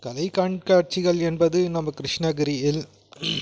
கலை கண்காட்சிகள் என்பது நம்ம கிருஷ்ணகிரியில்